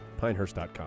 Pinehurst.com